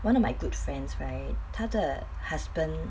one of my good friends right 他的 husband